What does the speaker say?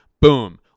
boom